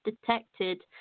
detected